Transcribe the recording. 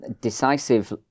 Decisive